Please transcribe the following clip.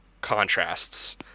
contrasts